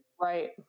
right